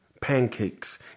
Pancakes